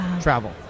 travel